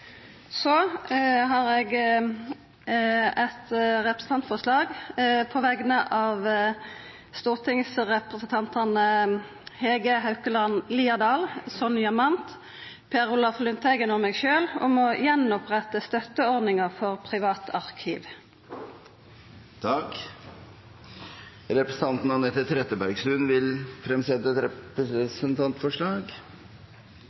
Så har eg eit representantforslag på vegner av stortingsrepresentantane Hege Haukeland Liadal, Sonja Mandt, Per Olaf Lundteigen og meg sjølv om å gjenoppretta støtteordninga for privatarkiv. Representanten Anette Trettebergstuen vil fremsette et